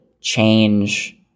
change